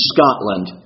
Scotland